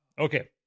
okay